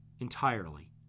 entirely